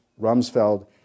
Rumsfeld